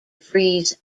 freeze